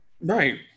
right